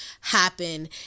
happen